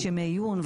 יש ימי עיון,